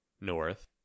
north